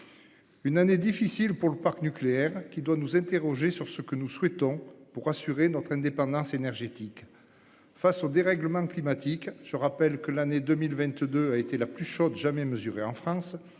Cette année difficile pour le parc nucléaire doit nous conduire à nous interroger sur ce que nous souhaitons pour assurer notre indépendance énergétique. Face au dérèglement climatique- l'année 2022 est la plus chaude jamais mesurée en France,